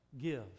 give